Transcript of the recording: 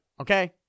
okay